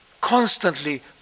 constantly